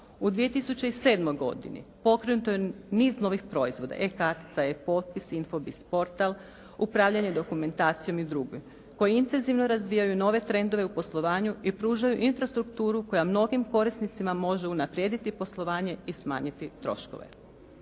U 2007. godini pokrenuto je niz novih proizvoda, e kartica, e-potpis, Info bis portal, upravljanje dokumentacijom i druge koje intenzivno razvijaju nove trendove u poslovanju i pružaju infrastrukturu koja mnogim korisnicima može unaprijediti poslovanje i smanjiti troškove.